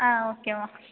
ஓகேம்மா ஓகே